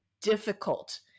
difficult